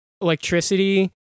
electricity